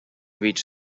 reach